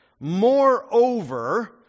Moreover